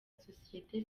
sosiyete